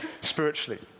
spiritually